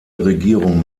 regierung